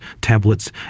tablets